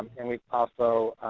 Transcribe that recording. and we've also